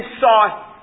saw